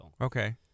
okay